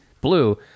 blue